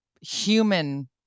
human